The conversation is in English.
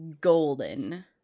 golden